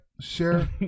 share